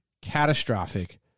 Catastrophic